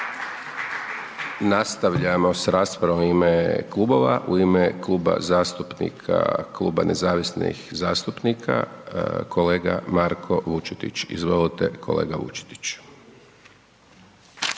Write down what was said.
Nastavljamo s raspravom u ime klubova, u ime kluba zastupnika Kluba nezavisnih zastupnika kolega Marko Vučetić, izvolite kolega Vučetić.